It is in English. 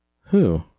Who